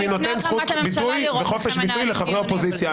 נותן זכות ביטוי וחופש ביטוי לחברי אופוזיציה.